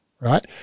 right